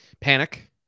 Panic